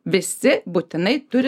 visi būtinai turi